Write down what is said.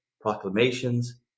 proclamations